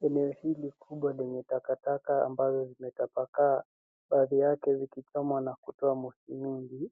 Eneo hili kubwa lenye takataka ambazo zimetapakaa baadhi yake zikichomwa na kutoa moshi mwingi.